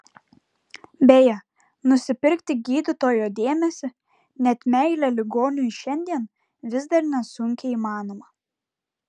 beje nusipirkti gydytojo dėmesį net meilę ligoniui šiandien vis dar nesunkiai įmanoma